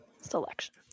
Selection